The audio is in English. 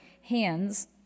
hands